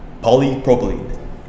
polypropylene